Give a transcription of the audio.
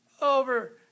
over